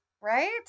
right